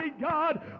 God